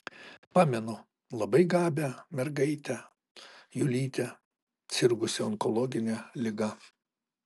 pamenu labai gabią mergaitę julytę sirgusią onkologine liga